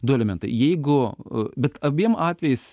du elementai jeigu bet abiem atvejais